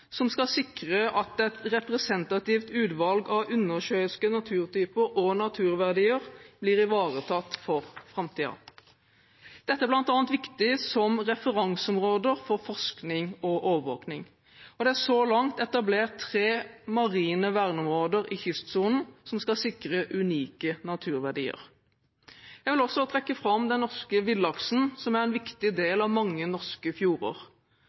som skal sikre at et representativt utvalg av undersjøiske naturtyper og naturverdier blir ivaretatt for framtiden. Dette er bl.a. viktig med tanke på referanseområder for forskning og overvåkning. Det er så langt etablert tre marine verneområder i kystsonen som skal sikre unike naturverdier. Jeg vil også trekke fram den norske villaksen, som er en viktig del av mange norske